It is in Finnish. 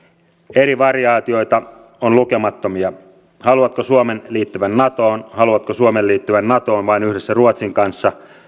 eri variaatioita on lukemattomia haluatko suomen liittyvän natoon haluatko suomen liittyvään natoon vain yhdessä ruotsin kanssa